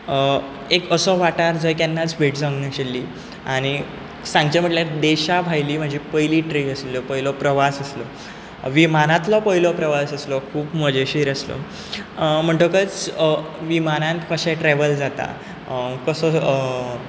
एक असो वाठार जंय केन्नाच भेट जावना आशिल्ली आनी सांगचे म्हटल्यार देशां भायली म्हजी पयलीं ट्रिप आसली पयलो प्रवास आसलो विमानांतलो पयलो प्रवास आसलो खूब मजेशिर आसलो म्हणटकच विमानान कशें ट्रेवल जाता कसो